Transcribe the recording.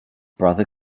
brother